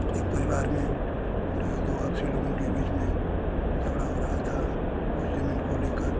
एक परिवार में जो है दो आपसी लोगों के बीच में झगड़ा हो रहा था कुछ जमीन को ले कर